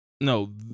no